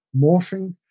morphing